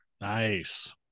nice